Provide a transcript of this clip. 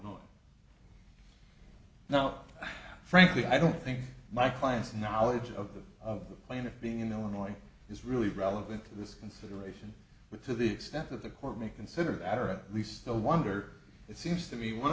no now frankly i don't think my clients knowledge of the of the plaintiff being in illinois is really relevant to this consideration with to the extent that the court may consider that or at least the wonder it seems to be one